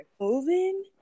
Moving